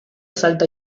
salta